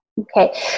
Okay